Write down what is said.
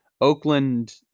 Oakland